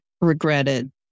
regretted